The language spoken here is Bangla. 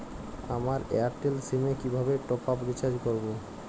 আমার এয়ারটেল সিম এ কিভাবে টপ আপ রিচার্জ করবো?